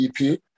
EP